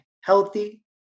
healthy